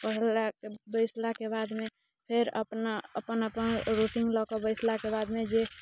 पढ़ला बैसलाके बादमे फेर अपना अपन अपन रूटीने लऽ कऽ बैसलाके बादमे जे